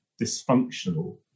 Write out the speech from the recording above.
dysfunctional